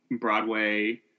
Broadway